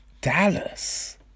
Dallas